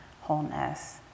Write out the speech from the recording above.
wholeness